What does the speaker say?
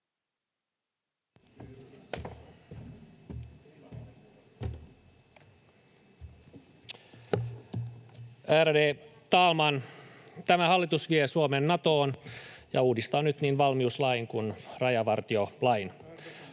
Ärade talman! Tämä hallitus vie Suomen Natoon ja uudistaa nyt niin valmiuslain kun rajavartiolain.